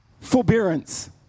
forbearance